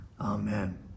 Amen